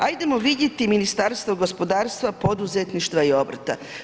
Ajdemo vidjet Ministarstvo gospodarstva, poduzetništva i obrta.